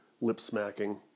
lip-smacking